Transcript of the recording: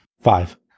Five